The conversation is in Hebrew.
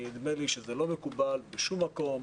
נדמה לי שזה לא מקובל בשום מקום.